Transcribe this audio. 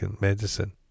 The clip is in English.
medicine